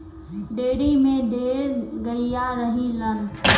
dairy में ढेर गइया रहलीन